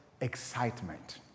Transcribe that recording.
excitement